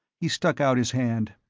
he stuck out his hand.